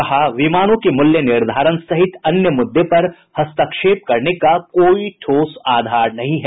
कहा विमानों के मूल्य निर्धारण सहित अन्य मुद्दे पर हस्तक्षेप करने का कोई ठोस आधार नहीं है